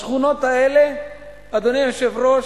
השכונות האלה, אדוני היושב-ראש,